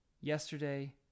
yesterday